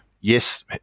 yes